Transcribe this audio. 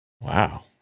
Wow